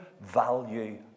value